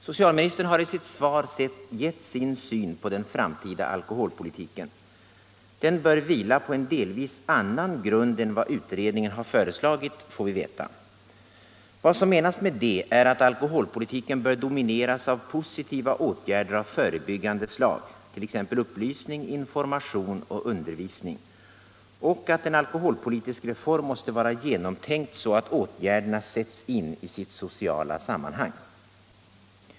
Socialministern har i sitt svar gett sin syn på den framtida alkoholpolitiken. Den bör vila delvis på en annan grund än vad utredningen har föreslagit, får vi veta. Vad som menas med detta är att alkoholpolitiken bör domineras av positiva åtgärder av förebyggande slag, t.ex. upplysning, information och undervisning, och att en alkoholpolitisk reform måste vara genomtänkt, så att åtgärderna sätts in i sitt sociala sammanhang.